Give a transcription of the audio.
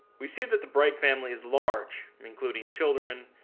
we see that the bright family is large, including children,